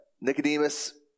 Nicodemus